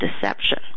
deception